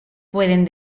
pueden